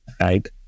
right